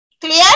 clear